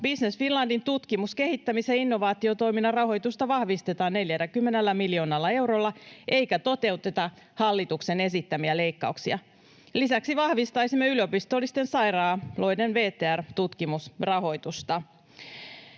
Business Finlandin tutkimus-, kehittämis- ja innovaatiotoiminnan rahoitusta vahvistetaan 40 miljoonalla eurolla eikä toteuteta hallituksen esittämiä leikkauksia. Lisäksi vahvistaisimme yliopistollisten sairaaloiden VTR-tutkimusrahoitusta.